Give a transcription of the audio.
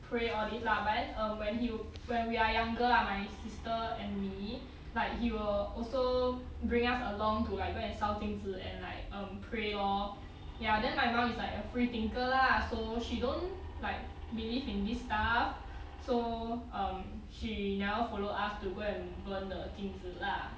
pray all these lah but then um when he when we are younger lah my sister and me like he will also bring us along to like go and 烧金纸 and like um pray lor ya then my mum is like a freethinker lah so she don't like believe in this stuff so um she now follow us to go and burn the 金纸 lah